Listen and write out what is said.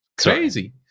Crazy